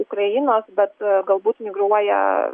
ukrainos bet galbūt migruoja